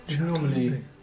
Normally